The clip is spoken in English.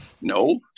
No